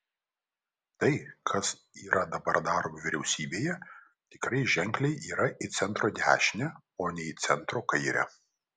tai kas yra dabar daroma vyriausybėje tikrai ženkliai yra į centro dešinę o ne į centro kairę